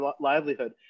livelihood